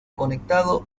conectado